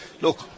look